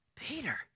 Peter